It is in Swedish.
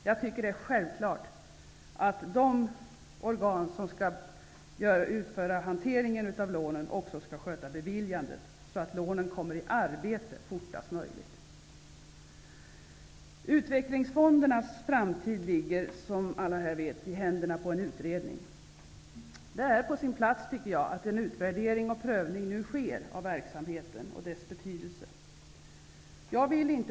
Jag tycker att det är självklart att de organ som har att hantera lånen också sköter beviljandet, så att lånepengarna fortast möjligt kommer i arbete. Utvecklingsfondernas framtid ligger, som alla här vet, i händerna på en utredning. Jag tycker också att det är på sin plats att det nu sker en utvärdering och prövning av verksamheten och dess betydelse.